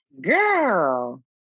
Girl